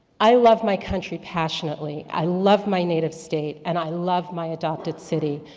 i love my country passionately, i love my native state, and i love my adopted city,